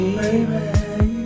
baby